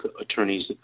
attorneys